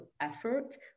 effort